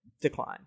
decline